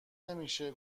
نمیشه